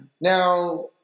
Now